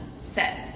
says